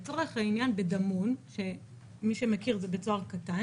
לצורך העניין, בדמון מי שמכיר, זה בית סוהר קטן